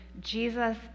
Jesus